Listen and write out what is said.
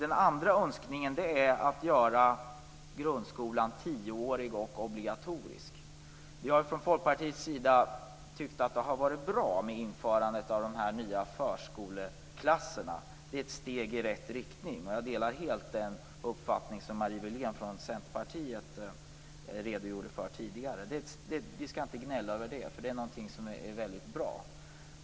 Jag önskar för det andra att grundskolan görs tioårig och obligatorisk. Vi har från Folkpartiets sida tyckt att införandet av de nya förskoleklasserna är ett steg i rätt riktning. Jag delar helt den uppfattning som Marie Wilén från Centerpartiet tidigare redogjorde för. Vi skall inte gnälla över den här åtgärden, eftersom den är väldigt bra.